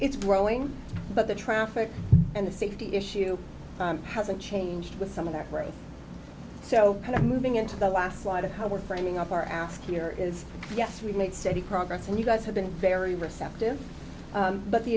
it's growing but the traffic and the safety issue hasn't changed with some of that race so kind of moving into the last light of how we're framing up our ask here is yes we've made steady progress and you guys have been very receptive but the